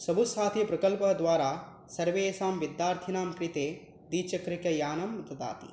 सर्वसाध्यप्रकल्पद्वारा सर्वेषां विद्यार्थिनां कृते द्विचक्रिकायानं ददाति